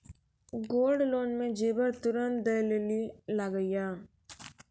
Gold loan मे जेबर तुरंत दै लेली लागेया?